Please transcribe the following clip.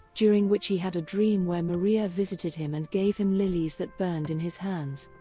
during which he had a dream where maria visited him and gave him lilies that burned in his hands.